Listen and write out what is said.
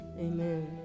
Amen